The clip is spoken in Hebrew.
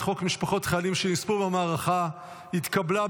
חוק משפחות חיילים שנספו במערכה (תגמולים